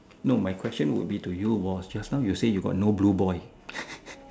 no my question would be to you was just now you say you got no blue boy